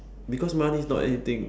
because money is not anything